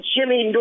Jimmy